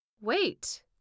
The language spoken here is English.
Wait